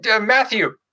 Matthew